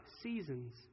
seasons